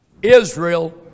Israel